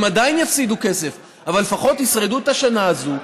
הם עדין יפסידו כסף אבל לפחות ישרדו את השנה הזאת,